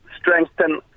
strengthen